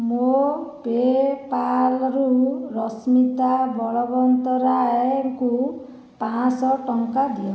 ମୋ PayPal ରୁ ରଶ୍ମିତା ବଳବନ୍ତରାୟଙ୍କୁ ପାଞ୍ଚ ଶହ ଟଙ୍କା ଦିଅ